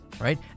Right